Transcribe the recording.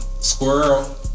squirrel